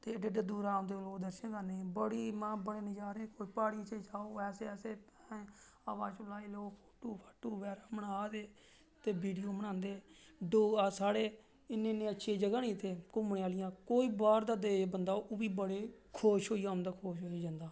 ते एड्डे दूरा दूरा औंदे न लोक दर्शन करने गी की बड़े नज़ारे न तुस प्हाड़ियें चें जाओ हवा झूला दी ते लोक फोटो बगैरा बना दे ते वीडियो बनांदे साढ़े इन्नी अच्छियां अच्छियां जगह न साढ़े इत्थें घुम्मनै आह्लियां ते कोई बाहर दा बंदा बी इत्थें खुश होइये औंदा ते खुश होइये जंदा